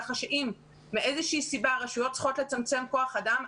ככה שאם מאיזושהי סיבה הרשויות צריכות לצמצם כוח אדם,